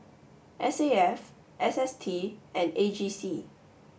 S A F S S T and A G C